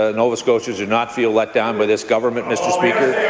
ah nova scotians do not feel let down by this government, mr. speaker.